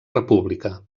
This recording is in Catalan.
república